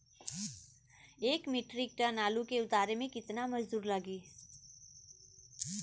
एक metric ton आलू के उतारे मे कितना मजदूर लागि?